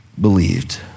believed